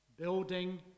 Building